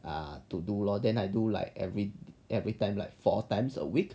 err to do lor then I do like every every time like four times a week